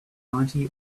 ninety